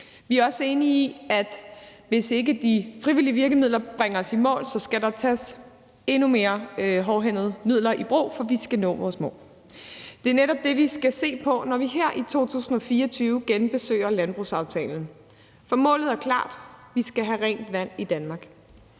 Vi er også enige i, at hvis ikke de frivillige virkemidler bringer os i mål, skal der tages endnu mere hårdhændede midler i brug, for vi skal nå vores mål. Det er netop det, vi skal se på, når vi her i 2024 genbesøger landbrugsaftalen. For målet er klart: Vi skal have rent vand i Danmark.